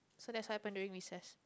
so that's what happened during recess